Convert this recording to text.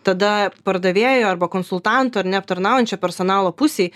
tada pardavėjo arba konsultantų ar ne aptarnaujančio personalo pusei